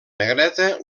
negreta